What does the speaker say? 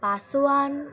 Paswan